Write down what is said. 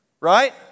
Right